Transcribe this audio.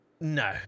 no